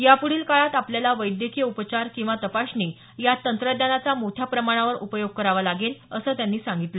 यापुढील काळात आपल्याला वैद्यकीय उपचार किंवा तपासणी यात तंत्रज्ञानाचा मोठ्या प्रमाणावर उपयोग करावा लागेल असं त्यांनी सांगितलं